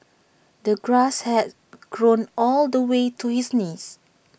the grass had grown all the way to his knees